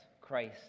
Christ